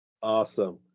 Awesome